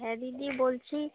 হ্যাঁ দিদি বলছি